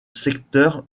secteur